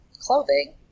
clothing